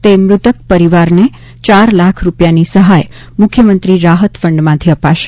તે મૃતક પરિવારને ચાર લાખ રૂપિયાની સહાય મુખ્યમંત્રી રાહત ફંડમાંથી અપાશે